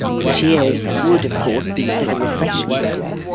the cheers would of course be for the refreshments.